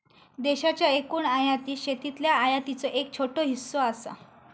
देशाच्या एकूण आयातीत शेतीतल्या आयातीचो एक छोटो हिस्सो असा